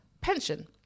Pension